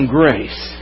grace